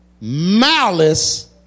malice